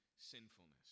sinfulness